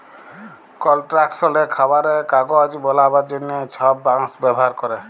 কলস্ট্রাকশলে, খাবারে, কাগজ বালাবার জ্যনহে ছব বাঁশ ব্যাভার ক্যরে